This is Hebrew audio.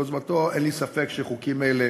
אין לי ספק שחוקים אלה